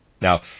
now